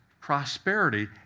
prosperity